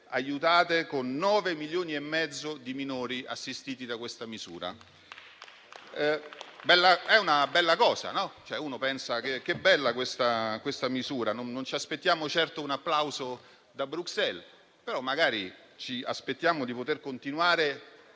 aiutate, con 9,5 milioni di minori assistiti da questa misura. È una bella cosa, vero? Uno pensa: che bella questa misura; non ci aspettiamo certo un applauso da Bruxelles, però magari ci aspettiamo di poter continuare